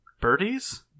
birdies